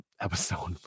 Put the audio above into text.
episode